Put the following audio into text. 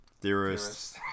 theorists